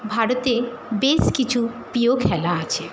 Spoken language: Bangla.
ভারতে বেশ কিছু প্রিয় খেলা আছে